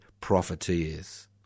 profiteers